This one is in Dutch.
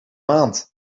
maand